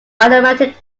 automatic